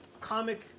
comic